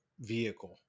vehicle